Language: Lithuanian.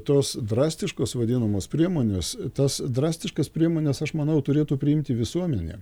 tos drastiškos vadinamos priemonės tas drastiškas priemones aš manau turėtų priimti visuomenė